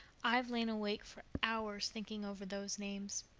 i've lain awake for hours thinking over those names.